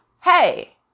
Hey